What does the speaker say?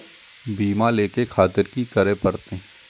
बीमा लेके खातिर की करें परतें?